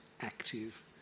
active